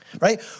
right